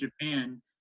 Japan